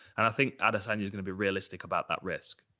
and i think adesanya is gonna be realistic about that risk.